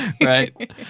Right